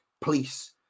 police